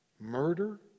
murder